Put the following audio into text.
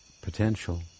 potential